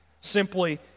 Simply